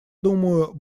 думаю